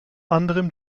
anderem